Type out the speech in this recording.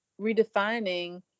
redefining